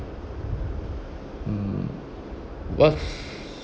mm what